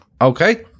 Okay